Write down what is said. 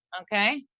Okay